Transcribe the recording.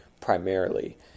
primarily